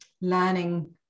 learning